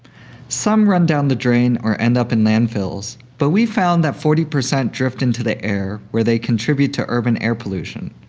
some run down the drain or end up in landfills, but we found that forty percent drift into the air where they contribute to urban air pollution.